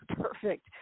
perfect